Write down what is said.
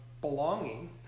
belonging